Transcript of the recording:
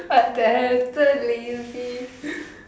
but the helper lazy